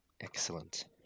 Excellent